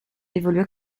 évolua